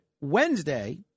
Wednesday